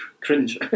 cringe